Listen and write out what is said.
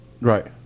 Right